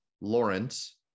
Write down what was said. Lawrence